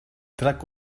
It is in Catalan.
trac